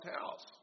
house